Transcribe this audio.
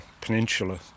peninsula